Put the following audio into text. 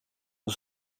dan